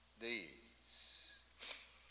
deeds